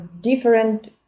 different